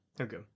okay